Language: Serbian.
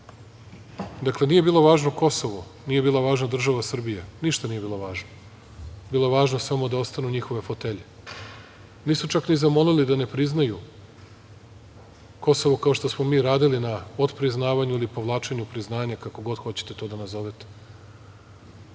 pobede. Dakle, nije bilo važno Kosovo, nije bila važna država Srbija, ništa nije bilo važno, samo da ostanu njihove fotelje, a nisu čak ni zamolili da ne priznaju Kosovo, kao što smo mi radili na odpriznavanju ili povlačenju priznanja, kako god hoćete to da nazovete. Nisu